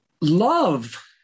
love